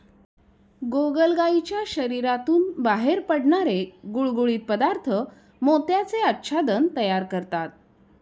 गोगलगायीच्या शरीरातून बाहेर पडणारे गुळगुळीत पदार्थ मोत्याचे आच्छादन तयार करतात